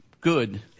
good